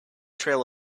trail